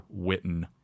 Witten